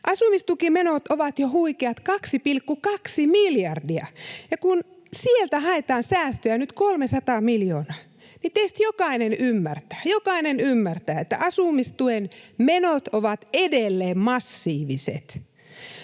Asumistukimenot ovat jo huikeat 2,2 miljardia. Kun sieltä haetaan säästöjä nyt 300 miljoonaa, teistä jokainen ymmärtää, jokainen ymmärtää, että asumistuen menot ovat edelleen massiiviset.